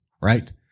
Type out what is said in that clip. right